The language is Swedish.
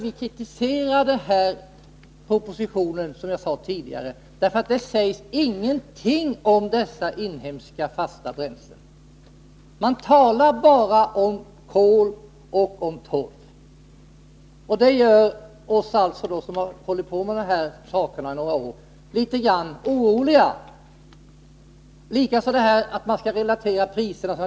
Vi kritiserar propositionen därför att i den sägs ingenting om dessa inhemska fasta bränslen. Man talar bara om kol och torv. Det gör oss, som har hållit på med dessa frågor några år, litet oroliga. Som jag sade tidigare reagerar vi också mot att man skall relatera priserna.